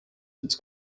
its